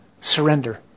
Surrender